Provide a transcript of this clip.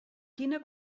quina